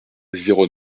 zéro